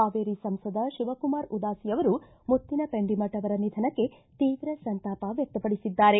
ಹಾವೇರಿ ಸಂಸದ ಶಿವಕುಮಾರ ಉದಾಸಿಯವರು ಮುತ್ತಿನಪೆಂಡಿಮಠ ಅವರ ನಿಧನಕ್ಕೆ ತೀವ್ರ ಸಂತಾಪ ವ್ಯಕ್ತಪಡಿಸಿದ್ದಾರೆ